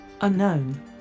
unknown